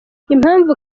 impamvu